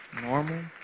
Normal